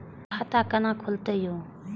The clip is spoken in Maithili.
खाता केना खुलतै यो